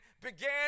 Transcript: began